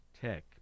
tech